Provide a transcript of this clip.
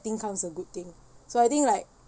thing comes a good thing so I think like